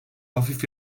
hafif